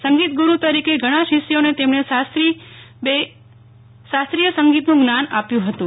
સંગીત ગુરૂ તરીકે ઘણા શિષ્યોને તેમણે શાસ્રીબેય સંગીતનુ જ્ઞાન આપ્યુ હતુ